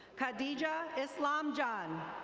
khadijah islam john.